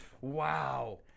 Wow